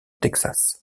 texas